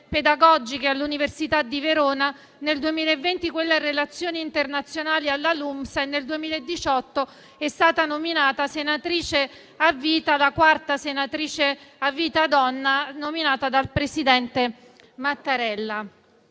pedagogiche all'Università di Verona e nel 2020 quella in relazioni internazionali alla LUMSA. Nel 2018 è stata nominata senatrice a vita dal presidente Mattarella,